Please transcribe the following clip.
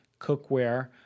cookware